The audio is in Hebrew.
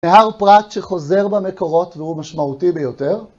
נהר פרת שחוזר במקורות והוא משמעותי ביותר.